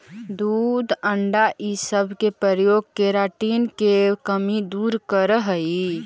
दूध अण्डा इ सब के प्रयोग केराटिन के कमी दूर करऽ हई